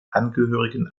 angehörigen